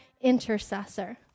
intercessor